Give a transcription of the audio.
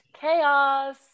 Chaos